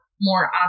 more